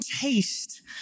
taste